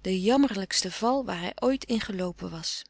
de jammerlijkste val waar hij ooit ingeloopen was